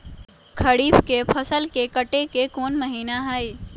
खरीफ के फसल के कटे के कोंन महिना हई?